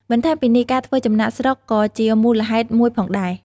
បន្ថែមពីនេះ ការធ្វើចំណាកស្រុកក៏ជាមូលហេតុមួយផងដែរ។